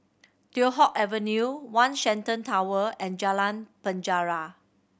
Teow Hock Avenue One Shenton Tower and Jalan Penjara